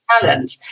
talent